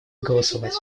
голосовать